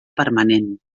permanent